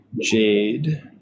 Jade